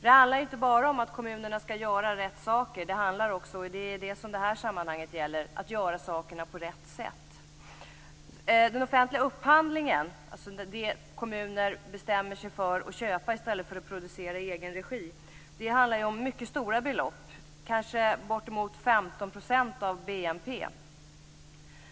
Det handlar inte bara om att kommunerna skall göra rätt saker utan - och det gäller just i det här sammanhanget - om att göra sakerna på rätt sätt. Den offentliga upphandlingen, alltså kommuner bestämmer sig för att köpa i stället för att producera i egen regi, handlar om mycket stora belopp, kanske bortemot 15 % av BNP.